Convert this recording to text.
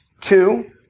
two